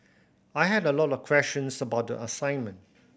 I had a lot of questions about the assignment